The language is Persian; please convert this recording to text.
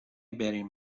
بریم